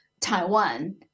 Taiwan